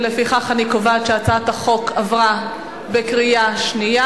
לפיכך, אני קובעת שהצעת החוק עברה בקריאה שנייה.